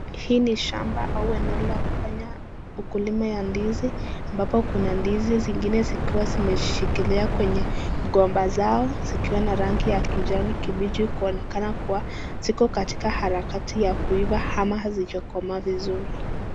Hii ni shamba au eneo la kufanya ukulima ya ndizi ambapo kuna ndizi zingine zikiwa zimeshikilia kwenye mgomba zao zikiwa na rangi ya kijani kibichi kuonekana kuwa ziko katika harakati ya kuiva ama hazijakomaa vizuri.